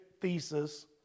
thesis